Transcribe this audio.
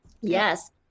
Yes